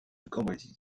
cambrésis